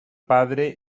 padre